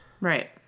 Right